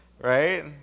Right